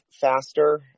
faster